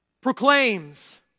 proclaims